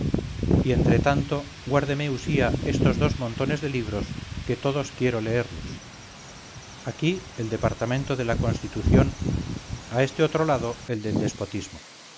y entretanto guárdeme usía esos dos montones de libros que todos quiero leerlos aquí el departamento de la constitución a este otro lado el del despotismo